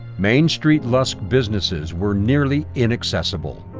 main street lusk businesses were nearly inaccessible.